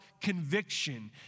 conviction